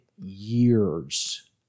years